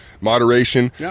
moderation